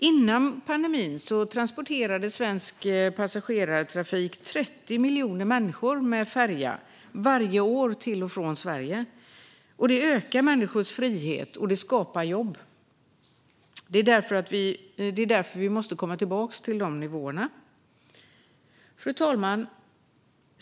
Före pandemin transporterade svensk passagerartrafik 30 miljoner människor med färja varje år till och från Sverige. Det ökar människors frihet och skapar jobb. Det är därför som vi måste komma tillbaka till dessa nivåer. Fru talman!